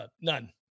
None